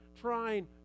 trying